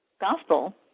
gospel